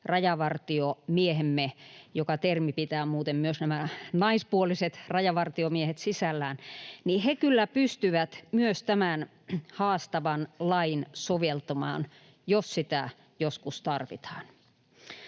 rajavartiomiehemme — termi pitää sisällään muuten myös nämä naispuoliset rajavartiomiehet — kyllä pystyvät myös tätä haastavaa lakia soveltamaan, jos sitä joskus tarvitaan.